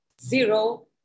zero